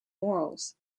morals